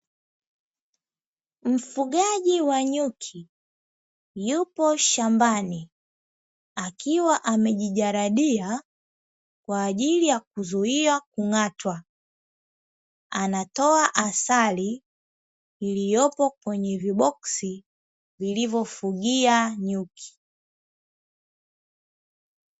Mfugaji wa nyuki, yupo shambani, akiwa amejijaradia kwa ajili ya kuzuia kung’atwa, anatoa asali iliyopo kwenye viboksi vilivyofugia nyuki.